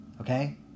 Okay